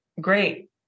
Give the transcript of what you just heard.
Great